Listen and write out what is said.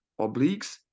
obliques